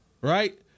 Right